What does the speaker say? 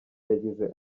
yagize